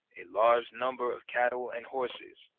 a large number of cattle and horses,